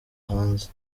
hanze